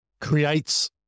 creates